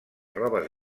robes